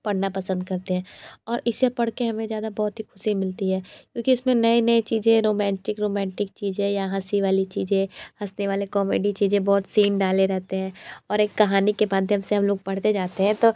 पढ़ना पसंद करते हैं और इसे पढ़ के हमें ज़्यादा बहुत ही ख़ुशी मिलती है क्योंकि इसमें नई नई चीज़ें रोमेन्टीक रोमेन्टीक चीज़ें या हंसी वाली चीज़ें हंसने वाले कौमेडी चीज़ें बहुत सीन डाले रहते हैं और एक कहानी के माध्यम से हम लोग बढ़ते जाते हैं तो